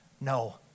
No